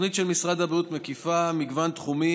התוכנית של משרד הבריאות מקיפה מגוון תחומים,